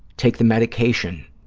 take the medication